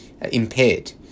impaired